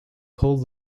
pulled